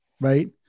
right